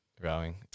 growing